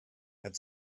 had